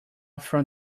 from